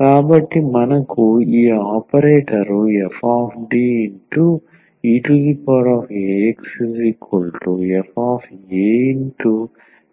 కాబట్టి మనకు ఈ ఆపరేటర్